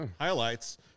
highlights